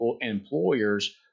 employers